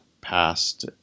past